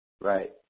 Right